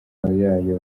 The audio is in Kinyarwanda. yayo